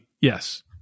yes